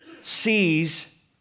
sees